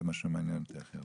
זה מה שמעניין אותי הכי הרבה.